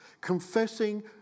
Confessing